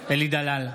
אלי דלל,